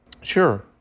sure